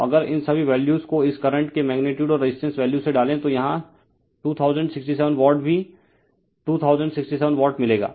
तो अगर इन सभी वैल्यूज को इस करंट के मैग्नीटीयूड और रेजिस्टेंस वैल्यू से डालें तो यहां 2067 वाट भी 2067 वाट मिलेगा